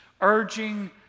urging